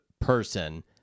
person